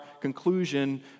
conclusion